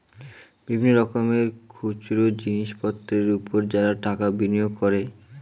বিভিন্ন রকমের খুচরো জিনিসপত্রের উপর যারা টাকা বিনিয়োগ করে